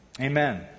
amen